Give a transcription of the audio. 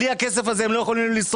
בלי הכסף הזה הם לא יכולים לשרוד.